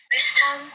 Wisdom